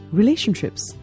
relationships